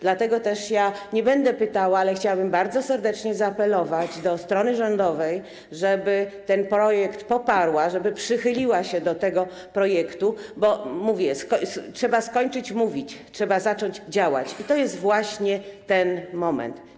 Dlatego też nie będę pytała, ale chciałabym bardzo serdecznie zaapelować do strony rządowej, żeby ten projekt poparła, żeby przychyliła się do założeń tego projektu, bo trzeba skończyć mówić, trzeba zacząć działać, i to jest właśnie ten moment.